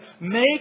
make